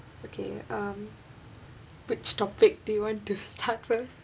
okay um which topic do you want to start first